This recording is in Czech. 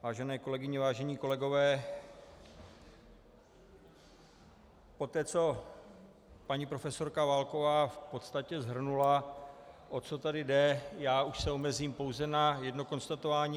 Vážené kolegyně, vážení kolegové, poté co paní profesorka Válková v podstatě shrnula, o co tady jde, už se omezím pouze na jedno konstatování.